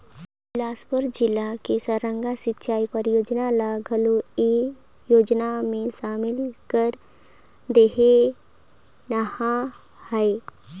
बेलासपुर जिला के सारंग सिंचई परियोजना ल घलो ए योजना मे सामिल कर देहिनह है